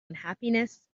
unhappiness